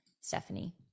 Stephanie